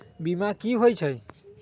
बीमा कि होई छई?